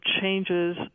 changes